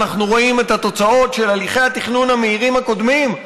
אנחנו רואים את התוצאות של הליכי התכנון המהירים הקודמים,